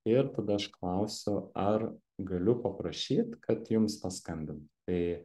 ir tada aš klausiu ar galiu paprašyt kad jums paskambintų tai